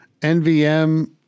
NVM